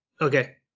Okay